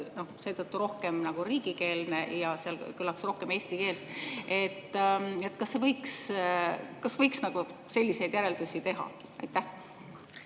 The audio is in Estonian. seetõttu rohkem riigikeelne ja seal kõlaks rohkem eesti keelt. Kas võiks nagu sellise järelduse teha? Aitäh,